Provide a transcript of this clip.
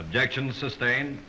objection sustain